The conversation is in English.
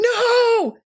no